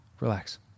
Relax